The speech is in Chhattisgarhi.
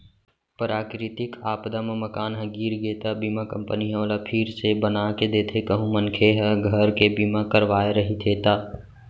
पराकरितिक आपदा म मकान ह गिर गे त बीमा कंपनी ह ओला फिर से बनाके देथे कहूं मनखे ह घर के बीमा करवाय रहिथे ता